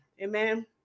Amen